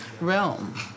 realm